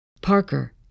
Parker